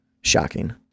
shocking